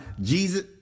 Jesus